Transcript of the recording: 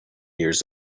years